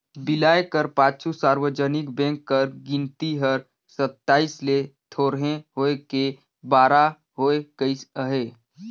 बिलाए कर पाछू सार्वजनिक बेंक कर गिनती हर सताइस ले थोरहें होय के बारा होय गइस अहे